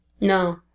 No